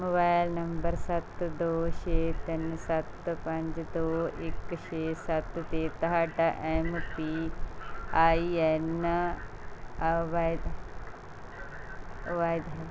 mobile number ਸੱਤ ਦੋ ਛੇ ਤਿੰਨ ਸੱਤ ਪੰਜ ਦੋ ਇੱਕ ਛੇ ਸੱਤ 'ਤੇ ਤੁਹਾਡਾ ਐੱਮ ਪੀ ਆਈ ਐੱਨ ਅਵਾਇਦ ਅਵਾਇਦ